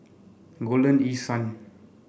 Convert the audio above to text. Golden East Sun